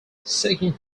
seeking